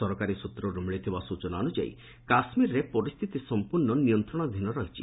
ସରକାରୀ ସୂତ୍ରରୁ ମିଳିଥିବା ସୂଚନା ଅନୁଯାୟୀ କାଶ୍ମୀରରେ ପରିସ୍ଥିତି ସମ୍ପର୍ଣ୍ଣ ନିୟନ୍ତଶାଧୀନ ରହିଛି